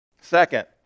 Second